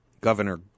Governor